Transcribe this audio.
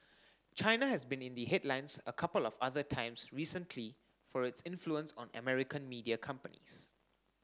China has been in the headlines a couple of other times recently for its influence on American media companies